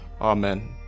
Amen